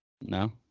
no